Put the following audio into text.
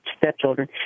stepchildren